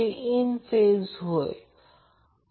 आणि हे त्याचप्रमाणे ωt आहे आणि हे फेज व्होल्टेज आहे